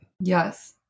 yes